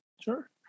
sure